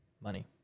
money